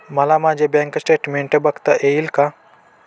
मला माझे bank statement बघता येईल का?